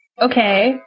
Okay